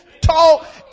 talk